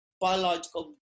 biological